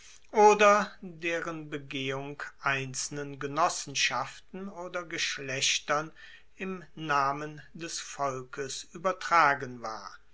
oder deren begehung einzelnen genossenschaften oder geschlechtern im namen des volkes uebertragen war